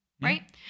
Right